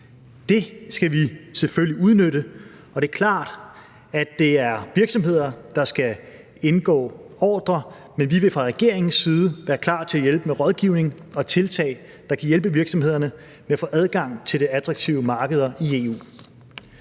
Det skal vi selvfølgelig udnytte, og det er klart, at det er virksomheder, der skal indgå ordrer. Men vi vil fra regeringens side være klar til at hjælpe med rådgivning og tiltag, der kan hjælpe virksomhederne med at få adgang til de attraktive markeder i EU.